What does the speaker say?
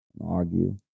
argue